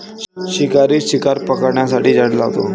शिकारी शिकार पकडण्यासाठी जाळे लावतो